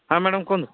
ହଁ ମ୍ୟାଡମ୍ କୁହନ୍ତୁ